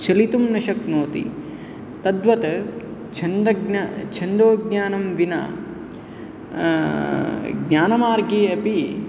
चलितुं न शक्नोति तद्वत् छन्द ज्ञानं छन्दोज्ञानं विना ज्ञानमार्गे अपि